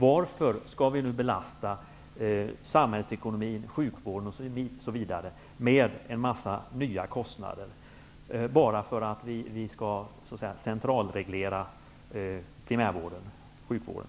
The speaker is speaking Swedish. Varför skall vi nu belasta samhällsekonomin med en massa nya kostnader, bara därför att vi skall centralreglera primärvården, sjukvården?